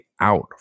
out